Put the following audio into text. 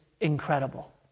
incredible